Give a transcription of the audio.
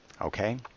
okay